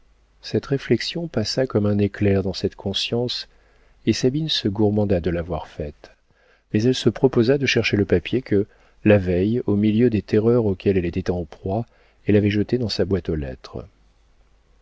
cette réflexion passa comme un éclair dans cette conscience et sabine se gourmanda de l'avoir faite mais elle se proposa de chercher le papier que la veille au milieu des terreurs auxquelles elle était en proie elle avait jeté dans sa boîte aux lettres